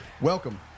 welcome